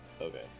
Okay